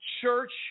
church